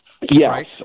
Yes